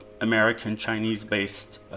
American-Chinese-based